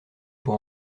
pour